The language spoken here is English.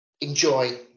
enjoy